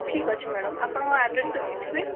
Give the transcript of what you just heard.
ଠିକ୍ ଅଛି ମ୍ୟାଡ଼ାମ ଆପଣଙ୍କ ଆଡ଼୍ରେସଟା ଦେଇଥିବେ